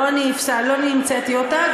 לא אני המצאתי אותה.